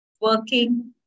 working